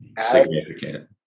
significant